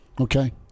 Okay